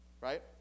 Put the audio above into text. Right